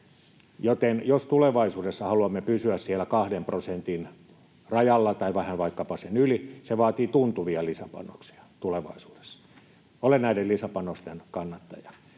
jos tulevaisuudessa haluamme pysyä siellä kahden prosentin rajalla tai vaikkapa vähän sen yli, se vaatii tuntuvia lisäpanoksia tulevaisuudessa. Olen näiden lisäpanosten kannattaja,